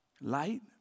Light